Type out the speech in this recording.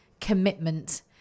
commitment